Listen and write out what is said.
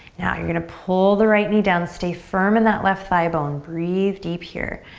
now, you're gonna pull the right knee down, stay firm in that left thigh bone. breathe deep here.